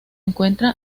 encuentra